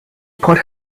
put